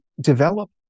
develop